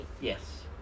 Yes